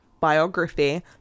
biography